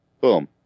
Boom